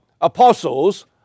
apostles